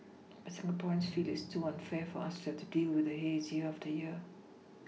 but Singaporeans feel it is too unfair for us to have to deal with the haze year after year